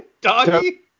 Doggy